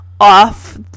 off